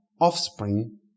offspring